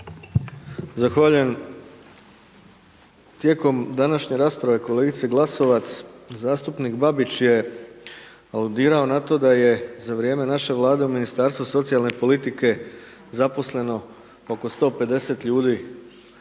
Zahvaljujem. Tijekom današnje rasprave kolegice Glasovac, zastupnik Babić je aludirao na to da je za vrijeme naše Vlade u Ministarstvu socijalne politike zaposleno oko 150 ljudi